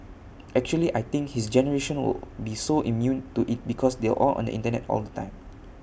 actually I think his generation will be so immune to IT because they're all on the Internet all the time